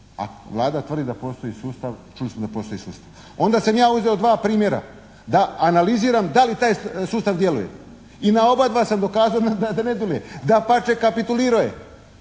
a Vlada tvrdi da postoji sustav, čuli smo da postoji sustav onda sam ja uzeo dva primjera da analiziram da li taj sustav djeluje i na oba dva sam dokazao da ne djeluje. Dapače, kapitulirao je.